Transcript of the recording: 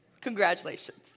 Congratulations